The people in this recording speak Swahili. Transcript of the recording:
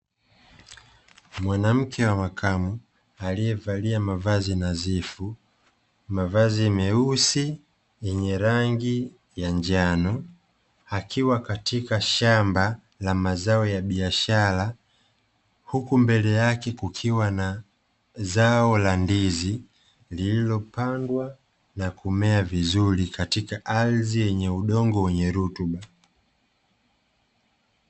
Mwanamke wa makamo aliyevalia mavazi nadhifu mavazi meusi yenye rangi ya njano, akiwa katika shamba la mazao ya biashara huku mbele yake kukiwa na zao la ndizi lilopandwa na kumea vizuri katika ardhi yenye udongo wenye rutuba.